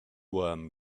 worm